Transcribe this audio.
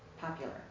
popular